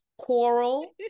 coral